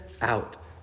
out